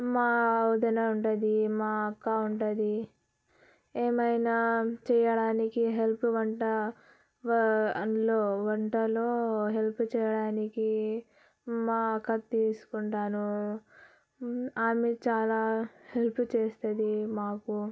మా వదిన ఉంటుంది మా అక్క ఉంటుంది ఏమైనా చేయడానికి హెల్ప్ వంట అందులో వంటలో హెల్ప్ చేయడానికి మా అక్క తీసుకుంటాను ఆమె చాలా హెల్త్ చేసేది మాకు